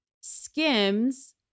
Skims